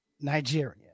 nigeria